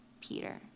Peter